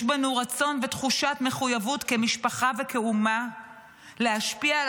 יש בנו רצון ותחושת מחויבות כמשפחה וכאומה להשפיע על